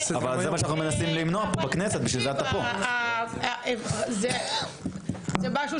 יעשה את זה --- אבל זה מה שאנחנו מנסים למנוע פה בכנסת,